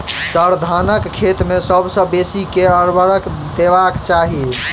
sir, धानक खेत मे सबसँ बेसी केँ ऊर्वरक देबाक चाहि